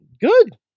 Good